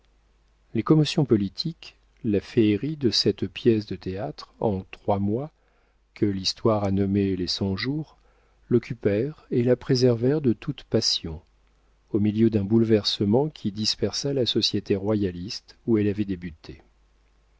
les commotions politiques la féerie de cette pièce de théâtre en trois mois que l'histoire a nommée les cent-jours l'occupèrent et la préservèrent de toute passion au milieu d'un bouleversement qui dispersa la société royaliste où elle avait débuté